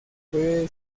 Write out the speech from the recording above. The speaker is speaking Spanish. pueden